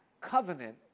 covenant